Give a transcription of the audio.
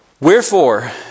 Wherefore